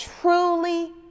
truly